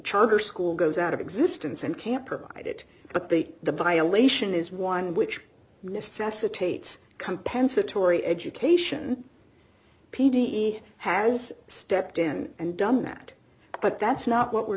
charter school goes out of existence and can't provide it but the the violation is one which necessitates compensatory education p d has stepped in and done that but that's not what we're